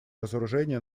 разоружения